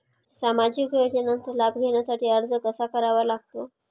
सामाजिक योजनांचा लाभ घेण्यासाठी अर्ज कसा करावा लागतो?